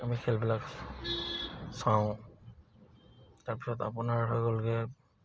আমি খেলবিলাক চাওঁ তাৰপিছত আপোনাৰ হৈ গ'লগে